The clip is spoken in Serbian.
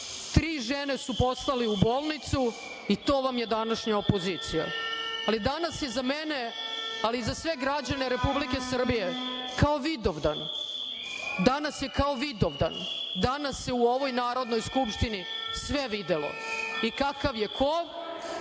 žene su poslali u bolnicu i to vam je današnja opozicija. Danas je za mene, ali i sve građane Republike Srbije kao Vidovdan. Danas je kao Vidovdan. Danas se u ovoj Narodnoj skupštini sve videlo, i kakav je ko